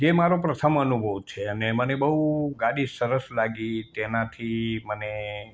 એ મારો પ્રથમ અનુભવ છે અને મને બહુ ગાડી સરસ લાગી તેનાથી મને